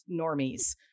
normies